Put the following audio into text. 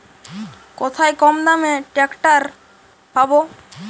কোথায় কমদামে ট্রাকটার পাব?